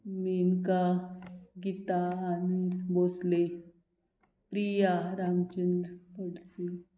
Menaka Geeta Anand Bhosale Priya Ramchandra Padsi